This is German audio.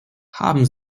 haben